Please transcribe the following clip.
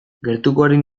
gertukoaren